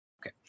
Okay